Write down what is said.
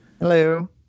Hello